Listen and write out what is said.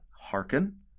hearken